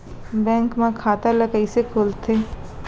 Bank म खाता ल कइसे खोलथे?